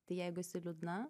tai jeigu esi liūdna